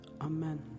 Amen